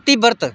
पति बरत